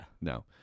No